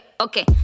Okay